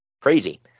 Crazy